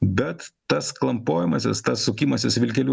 bet tas klampojimas tas sukimasis vilkeliu